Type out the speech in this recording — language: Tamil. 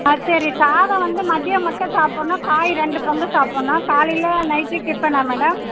ஆ சரி சாதம் வந்து மதியம் மட்டும் சாப்பிட்ணும் காய் ரெண்டு பங்கு சாப்பிட்ணும் காலையில் நைட்டு டிஃபனா மேடம்